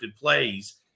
plays